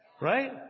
right